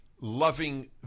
loving